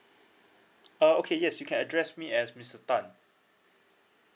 uh okay yes you can address me as mister tan